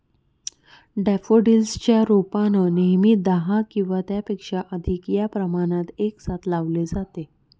daffodils च्या रोपांना नेहमी दहा किंवा त्यापेक्षा अधिक या प्रमाणात एकसाथ लावले जाते